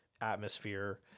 atmosphere